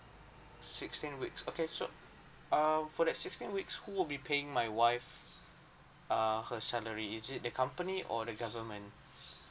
sixteen weeks okay so err for that sixteen weeks who would be paying my wife err her salary is it the company or the government